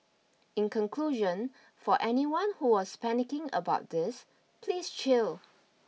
in conclusion for anyone who was panicking about this please chill